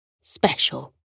special